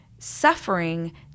suffering